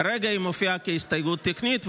כרגע היא מופיעה כהסתייגות תקנית,